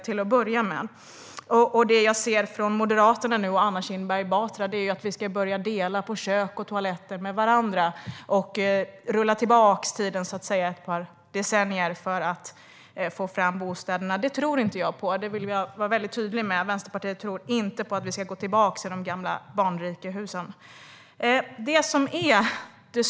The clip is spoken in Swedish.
Det jag nu hör från Moderaterna och Anna Kinberg Batra är att vi ska börja dela med varandra på kök och toaletter och rulla tillbaka tiden ett par decennier för att få fram bostäder. Det tror jag inte på. Jag vill vara väldigt tydlig med att Vänsterpartiet inte tycker att vi ska gå tillbaka till de gamla barnrikehusen.